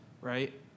right